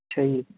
ਅੱਛਾ ਜੀ